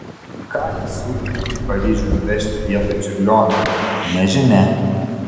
ką ji siūlytų į paryžių nuvežti vietoj čiurlionio nežinia